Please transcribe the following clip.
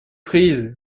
prise